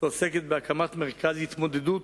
העוסקת בהקמת מרכז התמודדות